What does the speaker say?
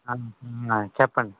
చెప్పండి